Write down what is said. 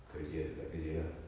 kerja atau tak kerja lah